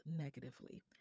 negatively